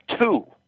two